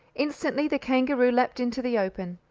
instantly, the kangaroo leaped into the open.